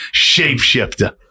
Shapeshifter